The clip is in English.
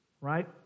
right